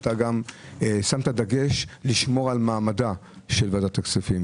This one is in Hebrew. אתה גם שמת דגש על שמירת מעמדה של ועדת הכספים.